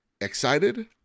excited